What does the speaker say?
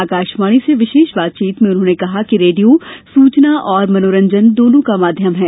आकाशवाणी से विशेष बातचीत में उन्होंने कहा कि रेडियो सूचना और मनोरंजन दोनों का माध्यम है